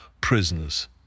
prisoners